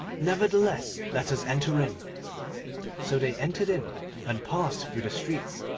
nevertheless let us enter in so they entered in and passed through the streets,